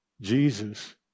Jesus